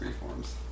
reforms